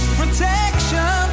protection